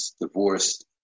divorced